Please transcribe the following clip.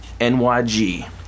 NYG